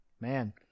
Man